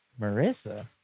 Marissa